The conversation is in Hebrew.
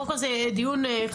קודם כל זה דיון חשוב,